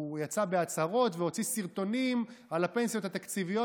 הוא יצא בהצהרות והוציא סרטונים על הפנסיות התקציביות,